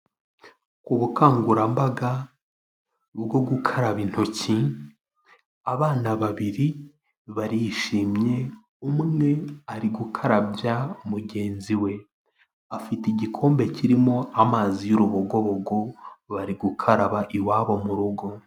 Ubukangurambaga bwo gukaraba intoki, abana babiri barishimye umwe ari gukarabya mugenzi we, afite igikombe kirimo amazi y'urubogobogo bari gukaraba iwabo mu rugo.